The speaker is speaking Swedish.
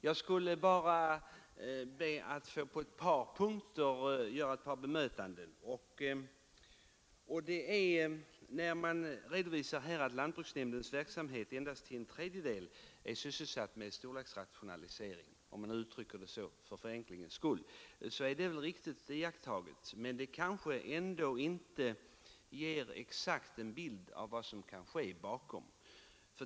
Det är bara på ett par punkter jag vill göra bemötanden. När det redovisas att lantbruksnämndernas verksamhet endast till en tredjedel avser storleksrationalisering — vi kan uttrycka det så för enkelhetens skull — är det riktigt iakttaget, men det kanske ändå inte ger en exakt bild av vad som kan ske där bakom.